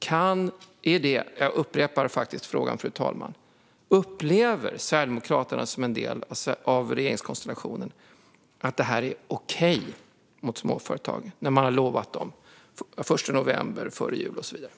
Jag upprepar frågan, fru talman: Upplever Sverigedemokraterna som en del av regeringskonstellationen att det här är okej mot småföretagen när man har lovat dem en lättnad till den 1 november, till före jul och så vidare?